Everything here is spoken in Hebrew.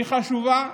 היא חשובה.